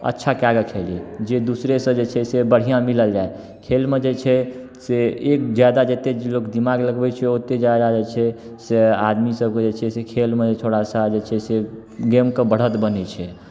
अच्छा कए कऽ खेली जे दूसरेसँ जे छै से बढ़िआँ मिलल जाय खेलमे जे छै से एक ज्यादा जतेक लोक दिमाग लगबै छै ओतेक ज्यादा जे छै से आदमीसभके जे छै से खेलमे थोड़ा सा जे छै से गेमके बढ़त बनैत छै